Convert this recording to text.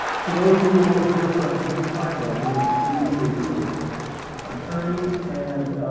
today we will hear from jim kreindler, who is leading a group of attorneys and